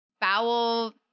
bowel